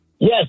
Yes